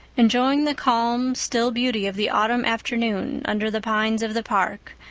enjoying the calm, still beauty of the autumn afternoon under the pines of the park,